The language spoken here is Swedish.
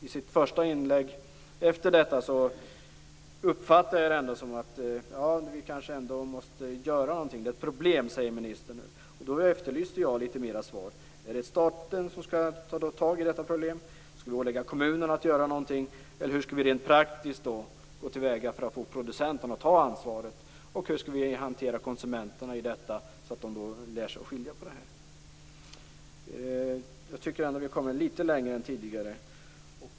I sitt första inlägg efter detta uppfattade jag det som om hon ansåg att vi kanske ändå måste göra någonting. Det är ett problem, säger ministern nu. Då efterlyser jag ett litet mer utförligt svar. Är det staten som skall ta tag i detta problem? Skall vi ålägga kommunerna att göra någonting? Hur skall vi rent praktiskt gå till väga för att få producenten att ta ansvaret? Och hur skall vi hantera konsumenterna i detta avseende, så att de lär sig skilja på produkterna? Jag tycker att vi har kommit litet längre än tidigare.